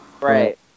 Right